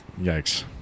Yikes